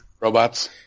robots